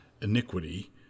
iniquity